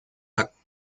backen